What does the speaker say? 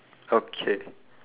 okay